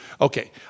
Okay